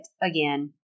again